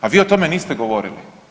A vi o tome niste govorili.